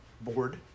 board